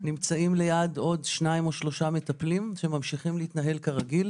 נמצאים ליד עוד שניים או שלושה מטפלים שממשיכים להתנהל כרגיל.